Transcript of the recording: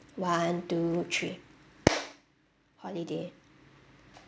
one two three holiday